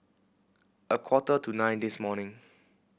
a quarter to nine this morning